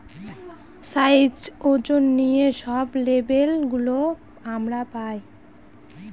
size, ওজন নিয়ে সব লেবেল গুলো আমরা পায়